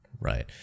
Right